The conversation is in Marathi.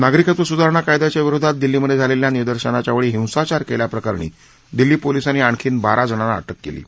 नागरिकत्व सुधारणा कायद्याच्या विरोधात दिल्लीमधे झालेल्या निदर्शनाच्या वेळी हिंसाचार केल्याप्रकरणी दिल्ली पोलिसांनी आणखी बारा जणांना अटक केली आहे